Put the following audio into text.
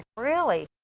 really.